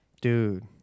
Dude